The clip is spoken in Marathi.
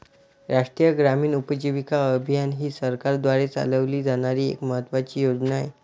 राष्ट्रीय ग्रामीण उपजीविका अभियान ही सरकारद्वारे चालवली जाणारी एक महत्त्वाची योजना आहे